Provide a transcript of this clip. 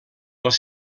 els